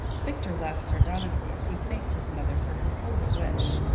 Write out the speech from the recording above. victor laughed sardonically as he thanked his mother for her holy wish,